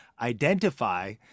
identify